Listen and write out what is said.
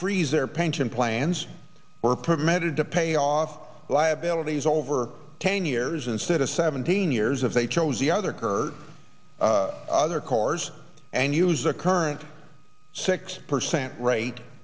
freeze their pension plans were permitted to pay off liabilities over ten years instead of seventeen years if they chose the other kurt other cars and use their current six percent r